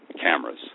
cameras